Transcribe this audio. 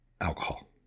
alcohol